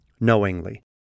knowingly